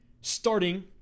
Starting